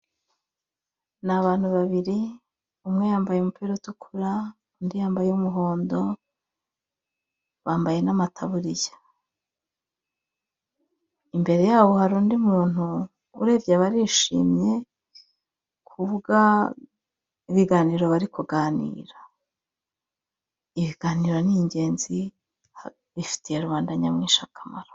N'abantu babiri, umwe yambaye umupira utukura undi yambaye uw'umuhondo bambaye n'amataburiya. Imbere yabo hari undi muntu urebye barishimye, kuvuga ibiganiro bari kuganira. Ibiganiro n'ingenzi bifitiye rubanda nyamwinshi akamaro.